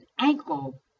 ankle